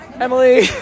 Emily